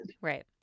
Right